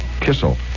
Kissel